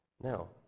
Now